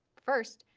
first,